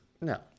No